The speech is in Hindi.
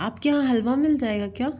आप के यहाँ हलवा मिल जाएगा क्या